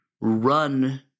run